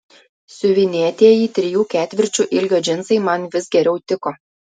siuvinėtieji trijų ketvirčių ilgio džinsai man vis geriau tiko